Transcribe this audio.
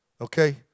Okay